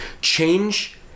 change